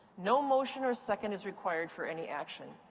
no motion or second is required for any action.